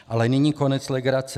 Ale nyní konec legrace.